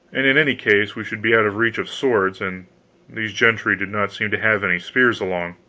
and in any case we should be out of reach of swords, and these gentry did not seem to have any spears along.